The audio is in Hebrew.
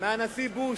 מהנשיא בוש,